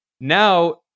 Now